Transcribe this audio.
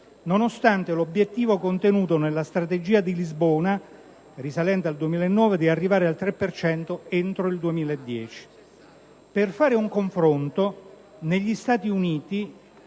nonostante l'obiettivo contenuto nella Strategia di Lisbona (risalente al 2009) di arrivare al 3 per cento entro il 2010. Per fare un confronto, negli Stati Uniti